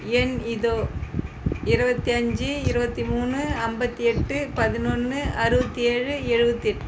எண் இதோ இருபத்தி அஞ்சு இருபத்தி மூணு ஐம்பத்தி எட்டு பதினொன்று அறுபத்தி ஏழு எழுபத்தி எட்டு